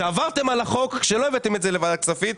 שעברתם על החוק כשלא הבאתם את זה לוועדת הכספים?